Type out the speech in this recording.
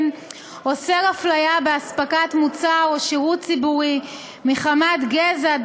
אוסר הפליה באספקת מוצר או שירות ציבורי מחמת גזע,